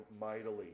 mightily